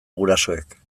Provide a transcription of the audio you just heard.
gurasoek